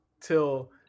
till